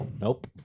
Nope